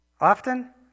often